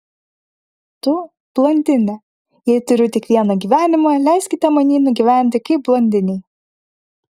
tu blondinė jei turiu tik vieną gyvenimą leiskite man jį nugyventi kaip blondinei